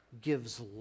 gives